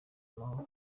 amahoro